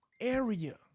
area